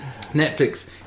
Netflix